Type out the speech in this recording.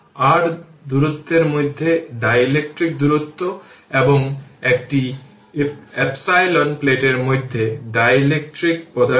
এই ক্ষেত্রে এই স্ট্রেটলাইন এর জন্য এখানে এটি আসবে তাই এটি হবে 1 সেকেন্ড মাত্র 4 থেকে 5 মানে মাত্র 1 সেকেন্ড